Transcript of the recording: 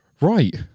Right